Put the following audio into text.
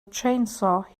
chainsaw